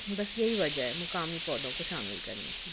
بس یہی وجہ ہے مقامی پودوں کو شامل کرنے کی